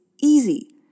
easy